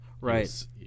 right